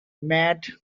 matt